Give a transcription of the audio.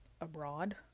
abroad